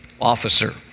officer